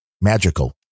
Magical